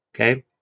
Okay